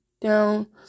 down